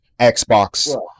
Xbox